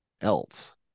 else